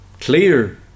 clear